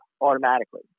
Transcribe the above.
automatically